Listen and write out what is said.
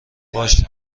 باشه